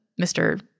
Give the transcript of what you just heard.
Mr